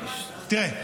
תראה,